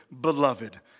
beloved